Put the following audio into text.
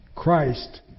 Christ